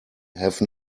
have